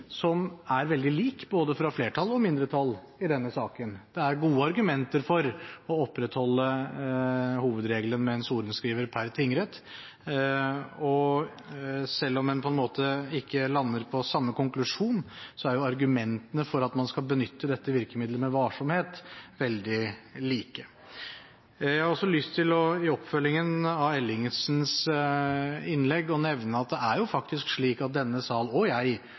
som er veldig lik fra både flertallet og mindretallet, i denne saken. Det er gode argumenter for å opprettholde hovedregelen med én sorenskriver per tingrett. Og selv om en på en måte ikke lander på den samme konklusjonen, er argumentene for at man skal benytte dette virkemidlet med varsomhet, veldig like. Jeg har også lyst til – i oppfølgingen av Ellingsens innlegg – å nevne at denne salen og jeg faktisk